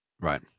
Right